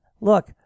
look